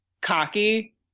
cocky